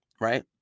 right